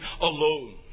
alone